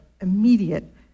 immediate